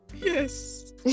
Yes